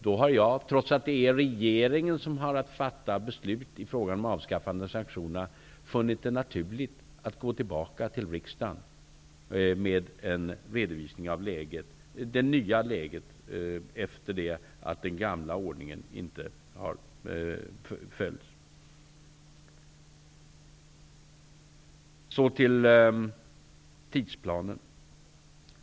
Då har jag -- trots att det är regeringen som har att fatta beslut i frågan om avskaffande av sanktionerna -- funnit det naturligt att gå tillbaka till riksdagen med en redovisning av det nya läget som har uppstått när den gamla ordningen inte har följts. För det fjärde har det talats om tidsplanen.